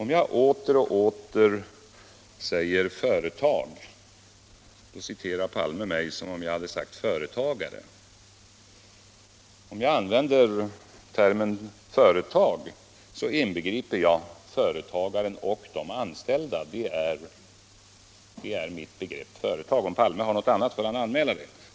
Om jag åter och åter säger ”företag”, så citerar herr Palme mig som om jag hade sagt ”företagare”. Om jag använder termen ”företag”, så inbegriper jag företagaren och de anställda. Så uppfattar jag begreppet ”företag”. Om herr Palme uppfattar det på annat sätt, får han anmäla det.